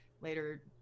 later